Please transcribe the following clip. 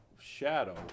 shadow